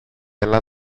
έλα